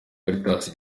caritas